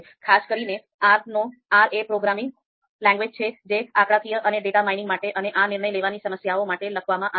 ખાસ કરીને R એ પ્રોગ્રામિંગ લેંગ્વેજ છે જે આંકડાકીય અને ડેટા માઇનીંગ માટે અને નિર્ણય લેવાની સમસ્યાઓ માટે લખવામાં આવે છે